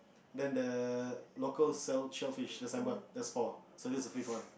then the local sell shellfish the signboard just four so that's the fifth one